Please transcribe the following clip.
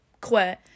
Quit